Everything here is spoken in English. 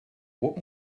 what